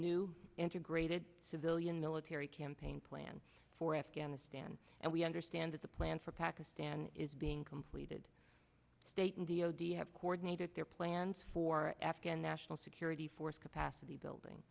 new integrated civilian military campaign plan for afghanistan and we understand that the plan for pakistan is being completed state and d o d have coordinated their plans for afghan national security force capacity building